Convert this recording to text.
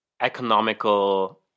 economical